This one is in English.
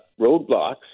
roadblocks